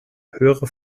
höhere